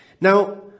Now